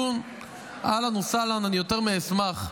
אהלן וסהלן, אני יותר מאשמח.